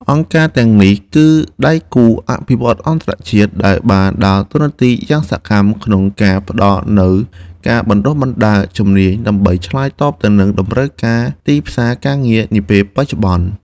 អង្គការទាំងនេះ គឺដៃគូអភិវឌ្ឍន៍អន្តរជាតិ ដែលបានដើរតួនាទីយ៉ាងសកម្មក្នុងការផ្តល់នូវការបណ្តុះបណ្តាលជំនាញ ដើម្បីឆ្លើយតបទៅនឹងតម្រូវការទីផ្សារការងារនាពេលបច្ចុប្បន្ន។